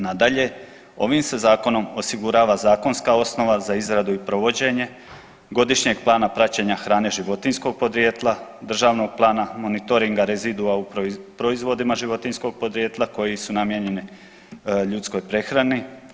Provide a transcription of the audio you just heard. Nadalje, ovim se zakonom osigurava zakonska osnova za izradu i provođenje godišnjeg plana praćenja hrane životinjskog podrijetla, državnog plana monitoringa rezidua u proizvodima životinjskog podrijetla koji su namijenjeni ljudskoj prehrani.